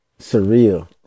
surreal